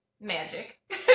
magic